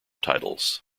titles